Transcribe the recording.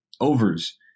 overs